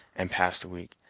and passed a week.